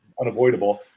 unavoidable